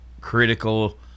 critical